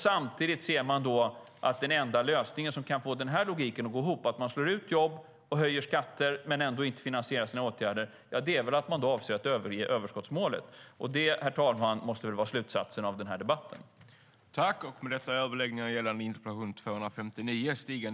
Samtidigt ser man att den enda lösningen som kan få den logiken att gå ihop - att man slår ut jobb och höjer skatter men ändå inte finansierar sina åtgärder - är väl att man då avser att överge överskottsmålet. Det måste vara slutsatsen av den här debatten, herr talman.